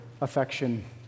affection